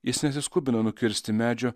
jis nesiskubina nukirsti medžio